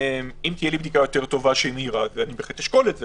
אם תהיה לי בדיקה יותר טובה שהיא מהירה אשקול את זה.